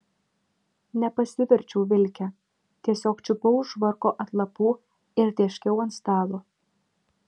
nepasiverčiau vilke tiesiog čiupau už švarko atlapų ir tėškiau ant stalo